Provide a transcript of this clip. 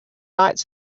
lights